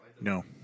no